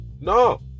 No